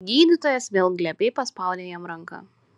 gydytojas vėl glebiai paspaudė jam ranką